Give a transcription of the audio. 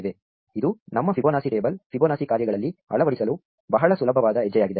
ಇದು ನಮ್ಮ Fibonacci table Fibonacci ಕಾರ್ಯಗಳಲ್ಲಿ ಅಳವಡಿಸಲು ಬಹಳ ಸುಲಭವಾದ ಹೆಜ್ಜೆಯಾಗಿದೆ